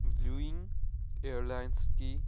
ꯖꯨꯌꯤꯡ ꯏꯌꯥꯔꯂꯥꯏꯟꯁꯀꯤ